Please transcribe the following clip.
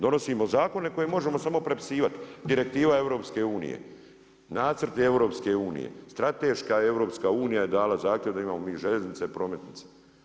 Donosimo zakone koje možemo samo prepisivati, direktiva EU, nacrti EU, strateška EU je dala zahtjev da imamo mi željeznice, prometnice.